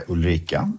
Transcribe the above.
Ulrika